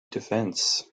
defense